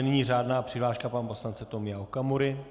Nyní řádná přihláška pana poslance Tomia Okamury.